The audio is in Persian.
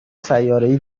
سیارهای